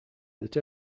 that